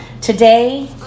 Today